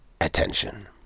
attention